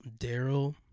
Daryl